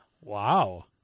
Wow